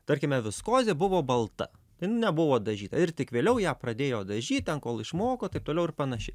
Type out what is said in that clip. tarkime viskozė buvo balta jin nebuvo dažyta ir tik vėliau ją pradėjo dažyt ten kol išmoko taip toliau ir panašiai